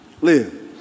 live